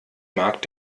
mag